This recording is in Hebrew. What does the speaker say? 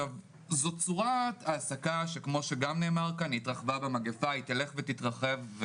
זו צורת העסקה שהתרחבה במגפה והיא תלך ותתרחב.